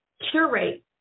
curate